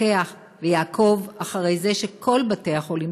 ויפקח ויעקוב אחרי זה שכל בתי-החולים,